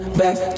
back